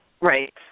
Right